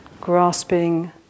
grasping